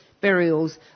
burials